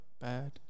bad